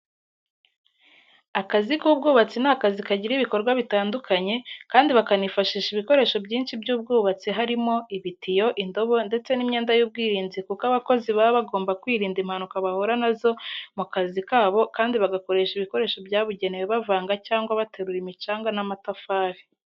Akazi k'ubwubatsi ni akazi kagira ibikorwa bitandukanye kandi bakanifashisha ibikoresho byinshi by'ubwubatsi harimo ibitiyo, indobo, ndetse n'imyenda y'ubwirinzi kuko abakozi baba bagomba kwirinda impanuka bahura na zo mu kazi kabo kandi bagakoresha ibikoresho byabugenewe bavanga cyangwa baterura imicanga n'amatafari.